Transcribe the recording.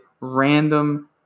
random